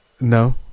No